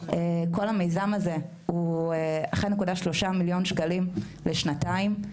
כל המיזם הזה הוא 1.3 מיליון שקלים לשנתיים,